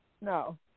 no